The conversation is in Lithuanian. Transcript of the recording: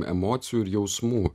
emocijų ir jausmų